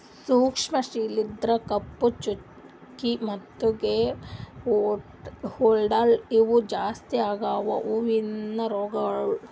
ಸೂಕ್ಷ್ಮ ಶಿಲೀಂಧ್ರ, ಕಪ್ಪು ಚುಕ್ಕಿ ಮತ್ತ ಗ್ರೇ ಮೋಲ್ಡ್ ಇವು ಜಾಸ್ತಿ ಆಗವು ಹೂವಿನ ರೋಗಗೊಳ್